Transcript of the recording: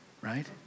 right